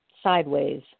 Sideways